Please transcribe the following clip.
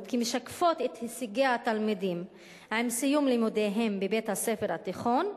כמשקפות את הישגי התלמידים עם סיום לימודיהם בבית-הספר התיכון,